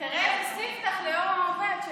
תראה איזה ספתח ליום העובד שלנו.